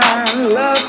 Love